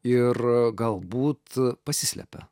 ir galbūt pasislepia